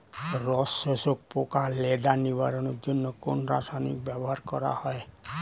রস শোষক পোকা লেদা নিবারণের জন্য কোন রাসায়নিক ব্যবহার করা হয়?